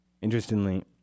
Interestingly